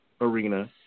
arena